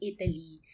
Italy